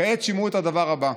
כעת שמעו את הדבר הבא: